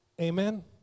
Amen